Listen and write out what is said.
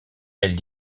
elles